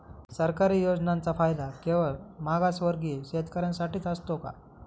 सरकारी योजनांचा फायदा केवळ मागासवर्गीय शेतकऱ्यांसाठीच असतो का?